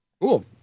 cool